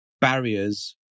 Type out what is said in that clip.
barriers